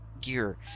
gear